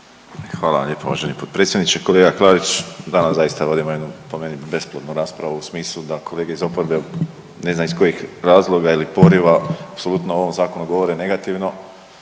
Hvala vam lijepa uvaženi potpredsjedniče. Kolega Klarić danas zaista radimo jednu po meni bespotrebnu raspravu u smislu da kolege iz oporbe ne znam iz kojih razloga ili poriva apsolutno o ovom zakonu govore negativno